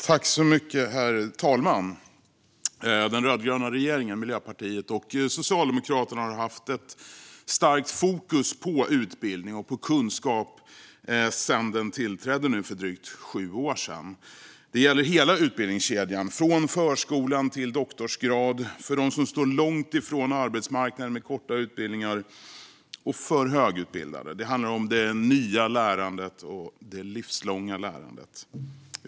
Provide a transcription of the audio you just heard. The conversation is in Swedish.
Herr talman! Den rödgröna regeringen, Miljöpartiet och Socialdemokraterna, har haft ett starkt fokus på utbildning och på kunskap sedan den tillträdde för drygt sju år sedan. Det gäller hela utbildningskedjan, från förskolan till doktorsgrad, för dem som står långt från arbetsmarknaden med korta utbildningar och för högutbildade. Det handlar om det nya lärandet och det livslånga lärandet.